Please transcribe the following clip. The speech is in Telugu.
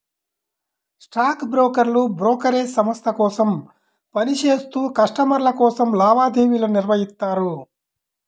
స్టాక్ బ్రోకర్లు బ్రోకరేజ్ సంస్థ కోసం పని చేత్తూ కస్టమర్ల కోసం లావాదేవీలను నిర్వహిత్తారు